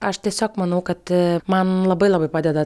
aš tiesiog manau kad man labai labai padeda